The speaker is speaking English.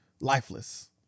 lifeless